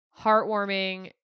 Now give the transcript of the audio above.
heartwarming